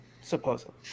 supposedly